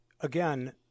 again